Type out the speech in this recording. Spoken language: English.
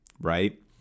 right